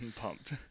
pumped